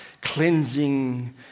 cleansing